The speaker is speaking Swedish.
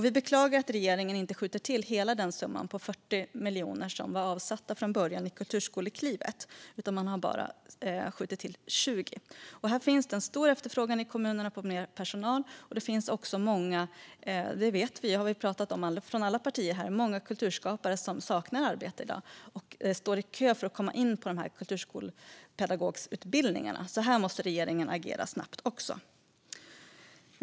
Vi beklagar att regeringen inte skjuter till hela summan, 40 miljoner, som var avsatt från början i Kulturskoleklivet, utan bara har skjutit till 20 miljoner. Det finns en stor efterfrågan i kommunerna på mer personal. Och vi vet - det har vi pratat om från alla partier här - att det är många kulturskapare som saknar arbete i dag och står i kö för att komma in på kulturpedagogutbildningarna. Här måste regeringen också agera snabbt.